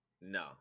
No